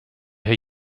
herr